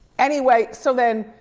anyway, so then,